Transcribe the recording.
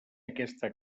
aquesta